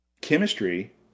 chemistry